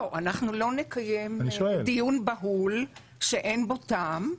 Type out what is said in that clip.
אנחנו לא נקיים דיון בהול שאין בו טעם.